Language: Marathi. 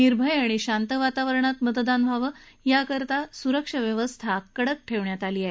निर्भय आणि शांत वातावरणात मतदान व्हावं याकरता सुरक्षा व्यवस्था कडक ठेवण्यात आली आहे